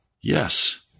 Yes